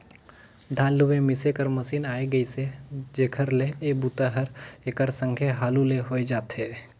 धान लूए मिसे कर मसीन आए गेइसे जेखर ले ए बूता हर एकर संघे हालू ले होए जाथे